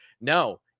No